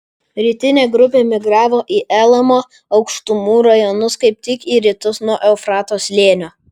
rytinė grupė migravo į elamo aukštumų rajonus kaip tik į rytus nuo eufrato slėnio